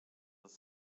els